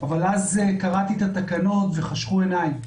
אבל אז קראתי את התקנות וחשכו עיני.